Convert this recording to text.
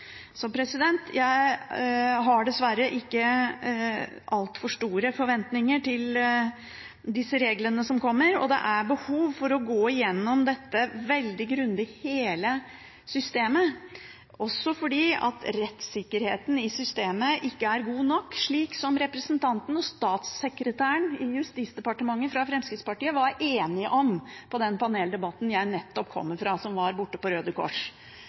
Jeg har dessverre ikke altfor store forventninger til disse reglene som kommer. Det er behov for å gå igjennom dette veldig grundig – hele systemet – også fordi rettssikkerheten i systemet ikke er god nok, slik som statssekretæren i Justisdepartementet fra Fremskrittspartiet var enig i på den paneldebatten jeg nettopp kommer fra, som var borte på Røde Kors.